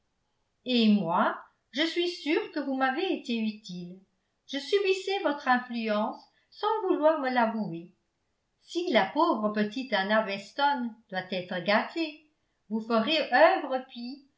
et moi je suis sûre que vous m'avez été utile je subissais votre influence sans vouloir me l'avouer si la pauvre petite anna weston doit être gâtée vous ferez œuvre pie